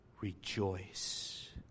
rejoice